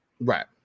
Right